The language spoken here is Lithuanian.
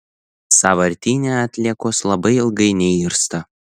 sąvartyne atliekos labai ilgai neirsta